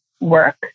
work